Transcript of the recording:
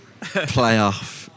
playoff